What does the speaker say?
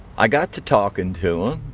i got to talkin' to ah